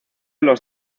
los